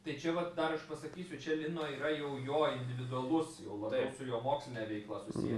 tai čia vat dar aš pasakysiu čia lino yra jau jo individualus jau labiau su juo moksline veikla susiję